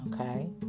Okay